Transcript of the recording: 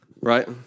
right